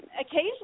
occasionally